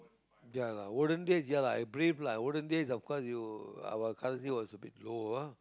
ya lah olden days ya lah I brave lah olden days you our currency was a bit low ah